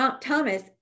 Thomas